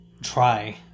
try